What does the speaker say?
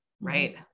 right